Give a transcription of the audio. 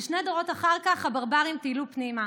ושני דורות אחר כך הברברים טיילו פנימה.